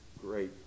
great